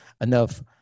enough